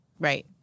Right